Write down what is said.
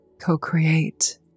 co-create